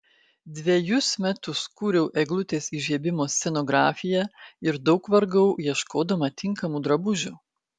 dvejus metus kūriau eglutės įžiebimo scenografiją ir daug vargau ieškodama tinkamų drabužių